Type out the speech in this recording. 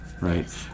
right